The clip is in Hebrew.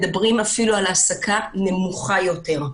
מדברים אפילו על העסקה נמוכה יותר.